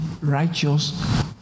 righteous